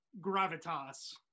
gravitas